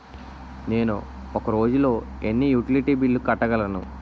నేను ఒక రోజుల్లో ఎన్ని యుటిలిటీ బిల్లు కట్టగలను?